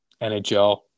NHL